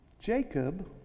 Jacob